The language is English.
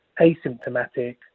asymptomatic